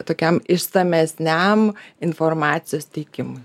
tokiam išsamesniam informacijos teikimui